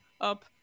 up